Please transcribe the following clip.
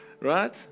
Right